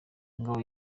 ngabo